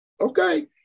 okay